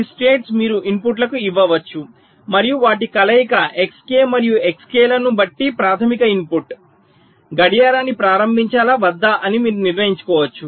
ఈ స్టేట్స్ మీరు ఇన్పుట్లకు ఇవ్వవచ్చు మరియు వాటి కలయిక Xk మరియు Xk లను బట్టి ప్రాధమిక ఇన్పుట్ గడియారాన్ని ప్రారంభించాలా వద్దా అని మీరు నిర్ణయించుకోవచ్చు